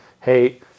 hey